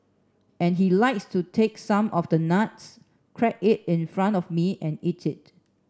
and he likes to take some of the nuts crack it in front of me and eat it